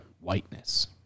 whiteness